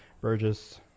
Burgess